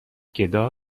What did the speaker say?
گدا